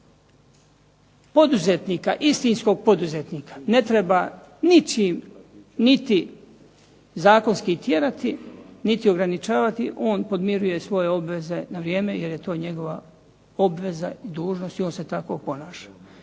Poduzetnika, istinskog poduzetnika ne treba ničim niti zakonski tjerati niti ograničavati, on podmiruje svoje obveze na vrijeme jer je to njegova obveza i dužnost i on se tako ponaša.